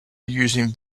using